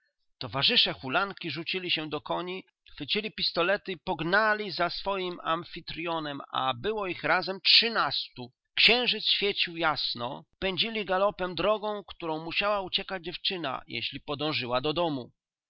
towarzysze hulanki rzucili się do koni chwycili pistolety i pognali za swoim amfitryonem a było ich razem trzynastu księżyc świecił jasno pędzili galopem drogą którą musiała uciekać dziewczyna jeśli podążyła do domu